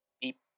Beep